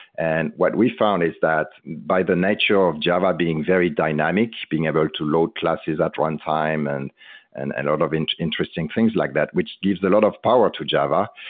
and what we found is that by the nature of java being very dynamic, being able to load classes at one time and and and a lot of and interesting things like that, which gives a lot of power to java.